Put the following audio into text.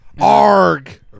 Arg